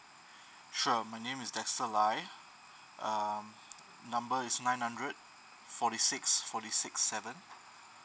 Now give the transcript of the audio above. sure my name is dexter lai um number is nine hundred forty six forty six seven